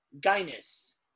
Guinness